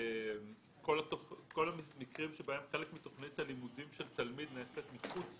כל המקרים בהם חלק מתכנית הלימודים של תלמיד נעשית מחוץ